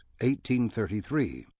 1833